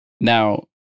now